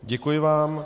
Děkuji vám.